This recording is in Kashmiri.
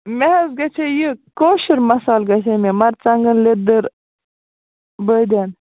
مےٚ حظ گَژھِ ہے یہِ کٲشُر مصالہٕ گژھِ ہے مےٚ مَرٕژانٛگَن لیٚدٕر بٲدیان